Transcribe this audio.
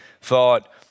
thought